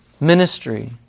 ministry